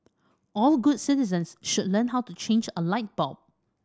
all good citizens should learn how to change a light bulb